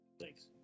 Thanks